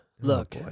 Look